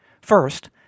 First